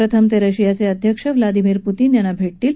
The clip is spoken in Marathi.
प्रथम ते रशियाचे अध्यक्ष व्लादिमिर पुतिन यांना भेटतील